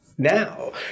Now